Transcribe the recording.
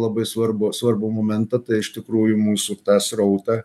labai svarbų svarbų momentą tai iš tikrųjų mūsų tą srautą